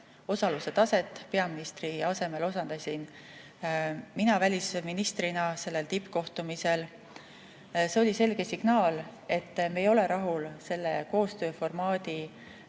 osalesin peaministri asemel mina välisministrina sellel tippkohtumisel. See oli selge signaal, et me ei ole rahul selle koostööformaadi